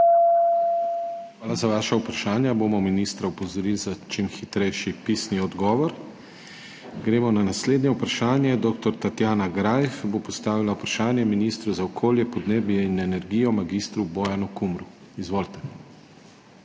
Hvala za vaša vprašanja. Ministra bomo opozorili na čim hitrejši pisni odgovor. Gremo na naslednje vprašanje. Dr. Tatjana Greif bo postavila vprašanje ministru za okolje, podnebje in energijo mag. Bojanu Kumru. Izvolite.